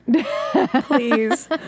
Please